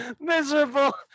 Miserable